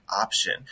option